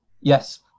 yes